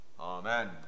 Amen